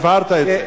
הבהרת את זה.